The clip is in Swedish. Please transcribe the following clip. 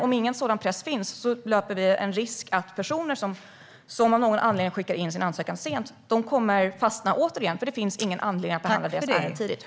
Om ingen sådan press finns löper vi dock risk att personer som av någon anledning skickar in sin ansökan sent återigen kommer att fastna, för det finns ingen anledning att behandla deras ärenden tidigt.